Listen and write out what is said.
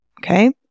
Okay